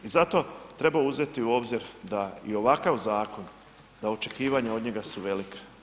I zato treba uzeti u obzir da i ovakav zakon, da očekivanja od njega su velika.